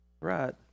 right